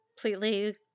completely